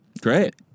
Great